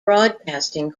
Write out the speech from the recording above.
broadcasting